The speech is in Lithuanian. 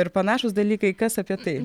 ir panašūs dalykai kas apie tai